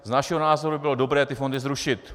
Z našeho názoru by bylo dobré ty fondy zrušit.